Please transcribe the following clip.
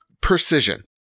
precision